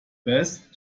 best